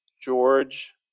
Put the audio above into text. George